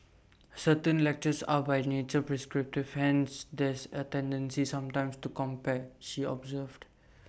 certain lectures are by nature prescriptive hence there's A tendency sometimes to compare she observed